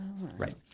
right